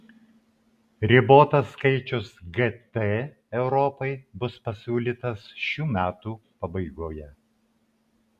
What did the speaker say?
ribotas skaičius gt europai bus pasiūlytas šių metų pabaigoje